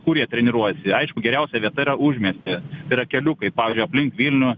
kur jie treniruojasi aišku geriausia vieta yra užmiesty yra keliukai pavyzdžiui aplink vilnių